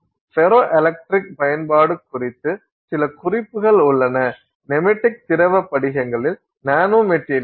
ferro electric பயன்பாடு குறித்து சில குறிப்புகள் உள்ளன நெமடிக் திரவ படிகங்களில் நானோ மெட்டீரியல்கள்